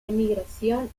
emigración